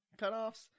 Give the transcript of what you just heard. cutoffs